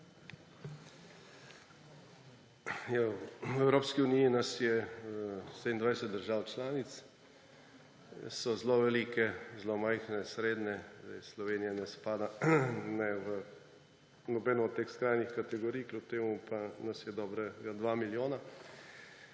V Evropski uniji nas je 27 držav članic. So zelo velike, zelo majhne, srednje. Slovenija ne spada v nobeno od teh skrajnih kategorij, kljub temu pa nas je dobrega 2 milijona,